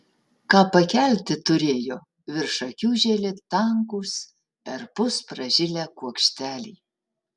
ką pakelti turėjo virš akių žėlė tankūs perpus pražilę kuokšteliai